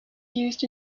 used